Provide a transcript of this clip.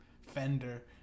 fender